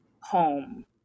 home